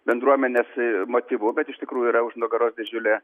bendruomenės motyvu bet iš tikrųjų yra už nugaros didžiulė